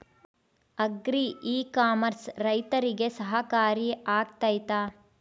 Agri e commerce ರೈತರಿಗೆ ಸಹಕಾರಿ ಆಗ್ತೈತಾ?